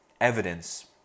evidence